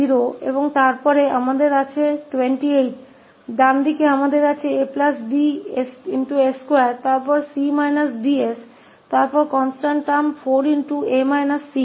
दायीं ओर हमारे पास 𝐴 B s2है फिर हमारे पास 𝐶 − 𝐵𝑠 है और फिर हमारे पास यह अचर पद 4𝐴 − 𝐶 है